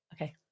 Okay